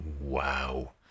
wow